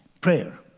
Prayer